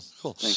Cool